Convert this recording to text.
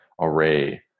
array